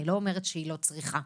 אני לא אומרת שהיא לא צריכה,